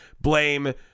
Blame